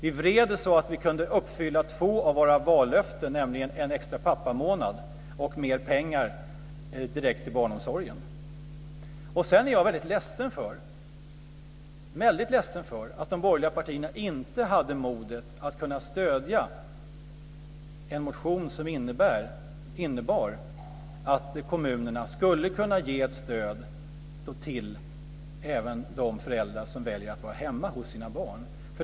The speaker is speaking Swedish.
Vi vred det så att vi kunde uppfylla två av våra vallöften, nämligen en extra pappamånad och mer pengar direkt till barnomsorgen. Sedan är jag väldigt ledsen för att de borgerliga partierna inte hade modet att kunna stödja en motion som innebar att kommunerna skulle kunna ge ett stöd även till de föräldrar som väljer att vara hemma hos sina barn.